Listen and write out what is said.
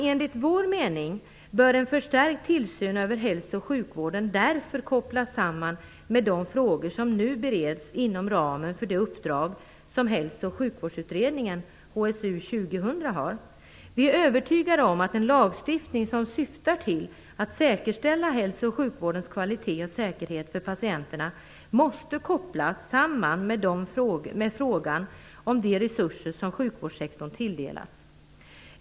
Enligt vår mening bör en förstärkt tillsyn över hälso och sjukvården därför kopplas samman med de frågor som nu bereds inom ramen för det uppdrag som Hälso och sjukvårdsutredningen HSU 2000 har. Vi är övertygade om att den lagstiftning som syftar till att säkerställa hälso och sjukvårdens kvalitet och säkerhet för patienterna måste kopplas samman med frågan om de resurser som sjukvårdssektorn tilldelas.